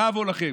בראבו לכם,